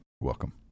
Welcome